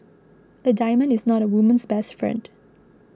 a diamond is not a woman's best friend